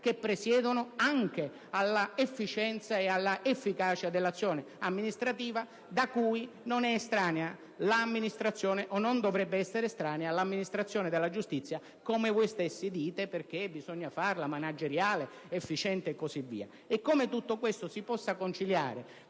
che presiedono anche all'efficienza e all'efficacia dell'azione amministrativa, da cui non è estranea - o non dovrebbe essere estranea - l'amministrazione della giustizia, come voi stessi dite, perché bisogna renderla manageriale, efficiente e così via) non lo abbiamo capito.